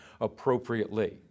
appropriately